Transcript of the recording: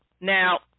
Now